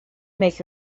make